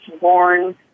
born